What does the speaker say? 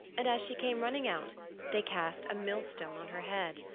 and as she came running out they cast a millstone on her head.